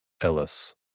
Ellis